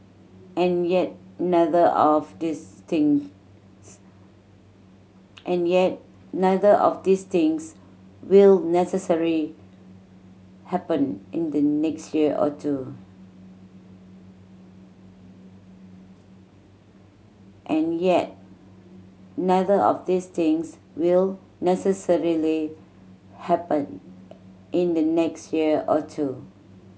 and yet neither of these things and yet neither of these things will necessarily happen in the next year or two